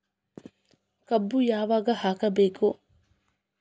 ಕಬ್ಬು ಯಾವಾಗ ಹಾಕಬೇಕು?